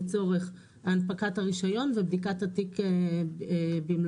לצורך הנפקת הרישיון ולבדיקת התיק במלואו.